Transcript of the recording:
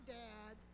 dad